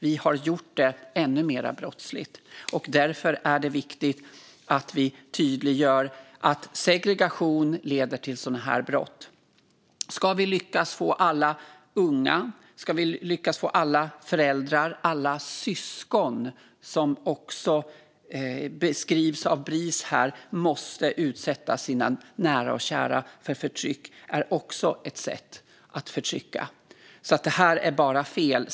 Vi har gjort det ännu mer brottsligt, och därför är det viktigt att vi tydliggör att segregation leder till sådana här brott. Som det beskrivs av Bris handlar det också om syskon och unga som måste utsätta sina nära och kära för förtryck, vilket också är ett sätt att förtrycka. Det här är bara fel.